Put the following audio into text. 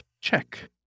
Check